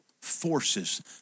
forces